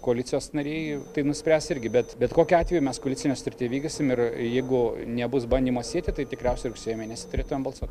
koalicijos nariai tai nuspręs irgi bet bet kokiu atveju mes koalicinę sutartį įvykdysim ir ir jeigu nebus bandymo sieti tai tikriausiai rugsėjo mėnesį turėtumėm balsuot